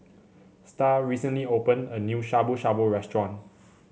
Star recently opened a new Shabu Shabu Restaurant